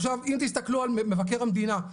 אם תסתכלו על מבקר המדינה,